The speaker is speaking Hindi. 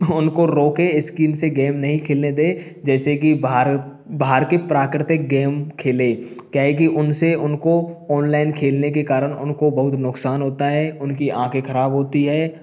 उनको रोके स्कीन से गेम नहीं खेलने दें जैसे कि बाहर बाहर के प्राकृतिक गेम खेलें क्या है कि उनसे उनको ओनलाइन खेलने के कारण उनको बहुत नुकसान होता हैं उनकी आँखें ख़राब होती हैं